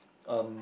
um